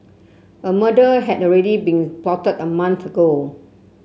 a murder had already been plotted a month ago